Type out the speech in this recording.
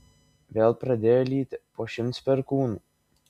vėl pradėjo lyti po šimts perkūnų